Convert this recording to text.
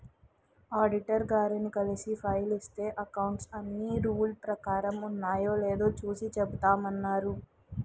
auditor గారిని కలిసి file ఇస్తే అకౌంట్స్ అన్నీ రూల్స్ ప్రకారం ఉన్నాయో లేదో చూసి చెబుతామన్నారు